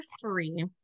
three